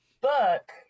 book